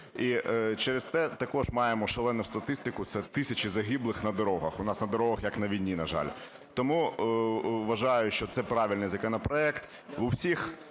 І через те також маємо шалену статистику - це тисячі загиблих на дорогах. У нас на дорогах, як на війні, на жаль. Тому вважаю, що це правильний законопроект.